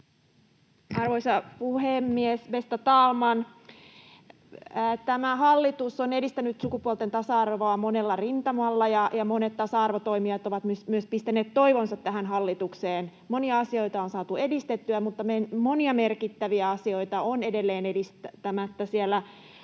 Arvoisa puhemies, bästa talman! Tämä hallitus on edistänyt sukupuolten tasa-arvoa monella rintamalla, ja monet tasa-arvotoimijat ovat myös pistäneet toivonsa tähän hallitukseen. Monia asioita on saatu edistettyä, mutta monia merkittäviä asioita on edelleen edistämättä. Siellä